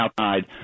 outside